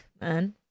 man